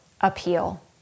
appeal